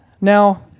Now